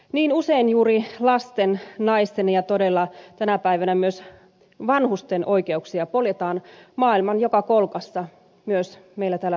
niin usein juuri lasten naisten ja todella tänä päivänä myös vanhusten oikeuksia poljetaan maailman joka kolkassa myös meillä täällä suomessa